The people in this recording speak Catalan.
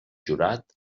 jurat